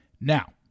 Now